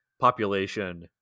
population